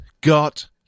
got